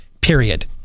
Period